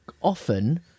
often